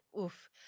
Oof